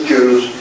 Jews